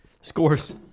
scores